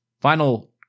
Final